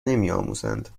نمیآموزند